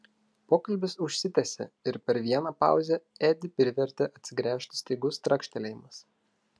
pokalbis užsitęsė ir per vieną pauzę edį privertė atsigręžti staigus trakštelėjimas